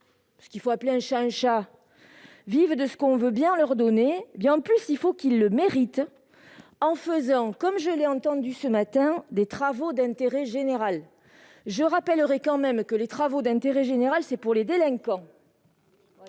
il faut bien appeler un chat un chat ! -vivent de ce qu'on veut bien leur donner, il faut qu'ils le méritent en faisant, comme je l'ai entendu ce matin, des travaux d'intérêt général. Je rappelle tout de même que les travaux d'intérêt général sont pour les délinquants